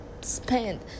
spend